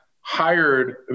hired